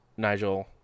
Nigel